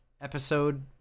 episode